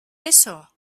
eso